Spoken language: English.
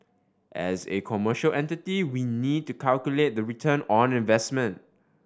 as A commercial entity we need to calculate the return on investment